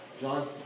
John